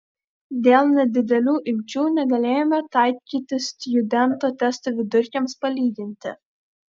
dėl nedidelių imčių negalėjome taikyti stjudento testo vidurkiams palyginti